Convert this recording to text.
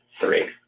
three